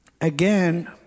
again